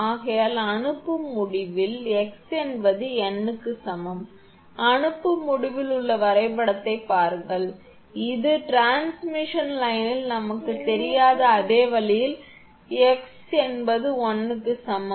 ஆகையால் அனுப்பும் முடிவில் x என்பது n க்கு சமம் அனுப்பும் முடிவில் உள்ள வரைபடத்தைப் பாருங்கள் இதுவே பரிமாணக் கோட்டில் நமக்குத் தெரியாத அதே வழியில் x என்பது l க்கு சமம்